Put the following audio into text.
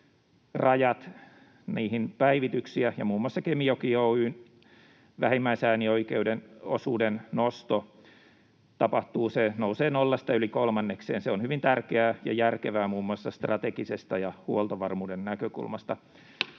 rajat, niihin päivityksiä. Muun muassa Kemijoki Oy:n vähimmäisäänioikeuden osuuden nosto tapahtuu, se nousee nollasta yli kolmannekseen. Se on hyvin tärkeää ja järkevää muun muassa strategisesta ja huoltovarmuuden näkökulmasta.